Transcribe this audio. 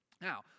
Now